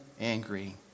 angry